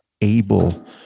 able